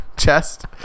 chest